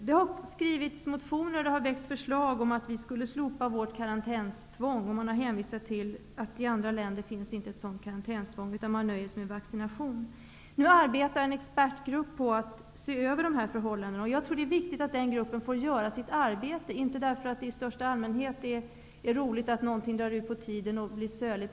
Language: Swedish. Det har skrivits motioner och väckts förslag om att Sverige skulle slopa sitt karantänstvång. Man har hänvisat till att det inte finns karantänstvång i andra länder, utan att man där nöjer sig med vaccination. Nu arbetar en expertgrupp med att se över dessa förhållanden. Jag tror att det är viktigt att den gruppen får utföra sitt arbete. Det beror inte på att det i största allmänhet är roligt att någonting drar ut på tiden och blir söligt.